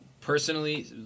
Personally